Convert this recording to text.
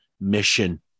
mission